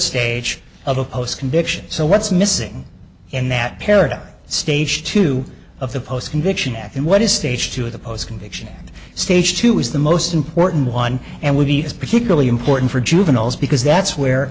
stage of a post conviction so what's missing in that paradigm stage two of the post conviction and what is stage two of the post conviction and stage two is the most important one and will be is particularly important for juveniles because that's where